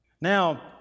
Now